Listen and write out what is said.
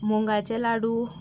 मुंगाचे लाडू